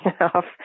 enough